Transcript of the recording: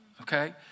okay